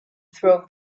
throw